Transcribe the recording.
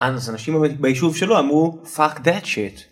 אז אנשים בישוב שלו אמרו fuck that shit